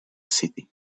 city